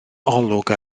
olwg